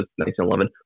1911